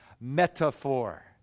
Metaphor